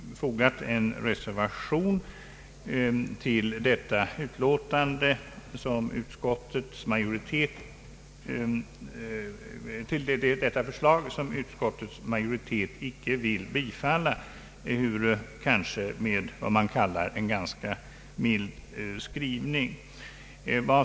Utskottets majoritet har inte velat bifalla förslaget, ehuru kanske med vad man kallar en ganska mild skrivning.